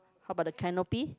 how about the canopy